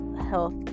health